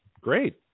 great